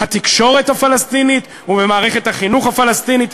התקשורת הפלסטינית ובמערכת החינוך הפלסטינית,